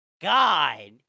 God